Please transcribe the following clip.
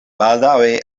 baldaŭe